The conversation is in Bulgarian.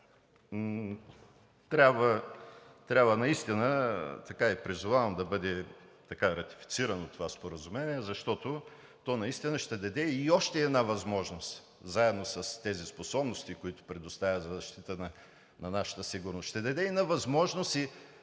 трябва и призовавам да бъде ратифицирано това споразумение, защото то наистина ще даде и още една възможност заедно с тези способности, които предоставя за защита на нашата сигурност, ще даде една възможност и